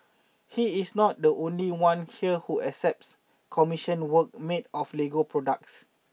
he is not the only one here who accepts commissioned work made of Lego products